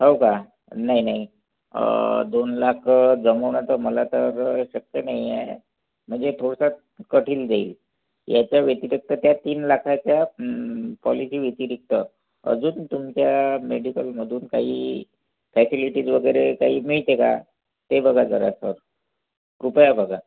हो का नाही नाही दोन लाख जमवणं तर मला तर शक्य नाही आहे म्हणजे थोडंसं कठीण जाईल याच्या व्यतिरिक्त त्या तीन लाखाच्या पॉलिसी व्यतिरिक्त अजून तुमच्या मेडिकलमधून काही फॅसिलीटीज वगैरे काही मिळते का ते बघा जरासं कृपया बघा